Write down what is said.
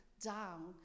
down